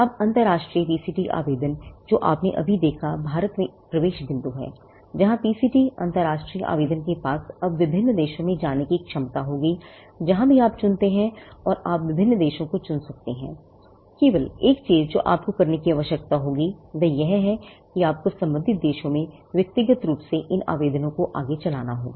अब अंतर्राष्ट्रीय पीसीटी आवेदन जो आपने अभी देखा भारत में एक प्रवेश बिंदु है जहां पीसीटी अंतर्राष्ट्रीय आवेदन के पास अब विभिन्न देशों में जाने की क्षमता होगी जहाँ भी आप चुनते हैं और आप विभिन्न देशों को चुन सकते हैं केवल एक चीज जो आपको करने की आवश्यकता होगी वह है कि आपको संबंधित देशों में व्यक्तिगत रूप से इन आवेदनों को आगे चलाना होगा